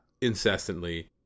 incessantly